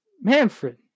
Manfred